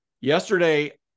yesterday